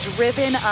Driven